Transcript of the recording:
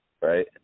right